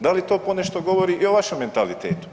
Da li to ponešto govori i o vašem mentalitetu?